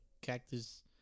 cactus